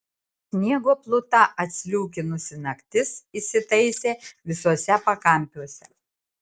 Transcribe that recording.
sniego pluta atsliūkinusi naktis įsitaisė visuose pakampiuose